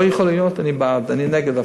לא יכול להיות, אני בעד, אני נגד הפרטה.